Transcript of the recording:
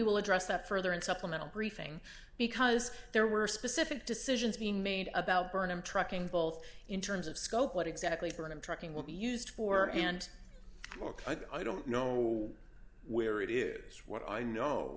will address that further in supplemental briefing because there were specific decisions being made about burnham trucking both in terms of scope what exactly burnham trucking will be used for and i don't know ready where it is what i know